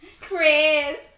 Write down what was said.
Chris